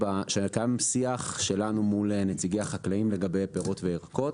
שקיים שיח שלנו מול נציגי החקלאים לגבי פירות וירקות,